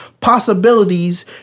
possibilities